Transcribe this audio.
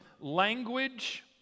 language